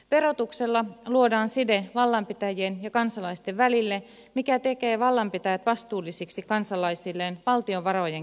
verotuksella luodaan side vallanpitäjien ja kansalaisten välille mikä tekee vallanpitäjät vastuullisiksi kansalaisilleen valtion varojen käytöstä